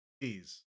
Please